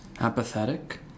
apathetic